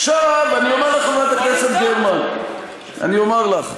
אני אומר לך, חברת הכנסת גרמן, אני אומר לך,